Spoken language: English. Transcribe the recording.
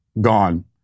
gone